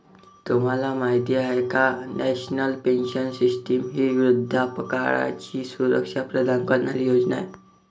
तुम्हाला माहिती आहे का की नॅशनल पेन्शन सिस्टीम ही वृद्धापकाळाची सुरक्षा प्रदान करणारी योजना आहे